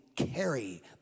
Carry